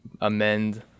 amend